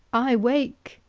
i wake,